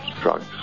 drugs